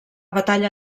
batalla